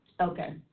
Okay